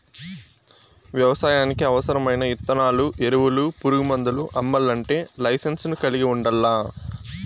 వ్యవసాయానికి అవసరమైన ఇత్తనాలు, ఎరువులు, పురుగు మందులు అమ్మల్లంటే లైసెన్సును కలిగి ఉండల్లా